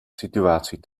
situatie